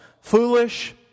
Foolish